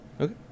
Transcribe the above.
Okay